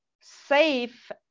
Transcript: safe